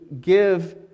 give